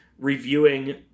reviewing